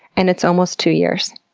and it's almost two years,